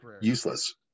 useless